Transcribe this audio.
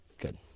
good